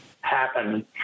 happen